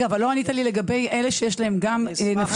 לא ענית לי לגבי אלה שיש להם גם וגם,